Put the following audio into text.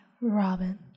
Robin